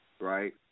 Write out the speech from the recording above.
right